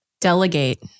Delegate